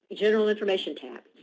general information tab.